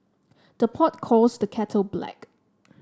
the pot calls the kettle black